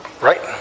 right